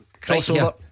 Crossover